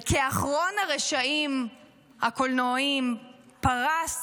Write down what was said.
וכאחרון הרשעים הקולנועיים פרס